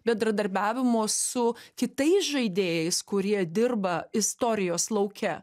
bendradarbiavimo su kitais žaidėjais kurie dirba istorijos lauke